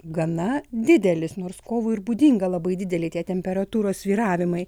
gana didelis nors kovui ir būdinga labai dideli tie temperatūros svyravimai